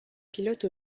pilote